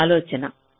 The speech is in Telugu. ఇది ఆలోచన